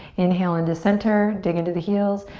inhale in to center. dig into the heels.